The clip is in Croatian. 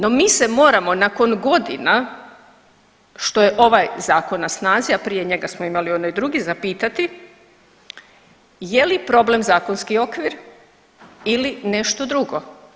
No, mi se moramo nakon godina što je ovaj zakon na snazi, a prije njega smo imali onaj drugi zapitati, je li problem zakonski okvir ili nešto drugo.